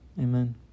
Amen